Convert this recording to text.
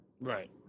Right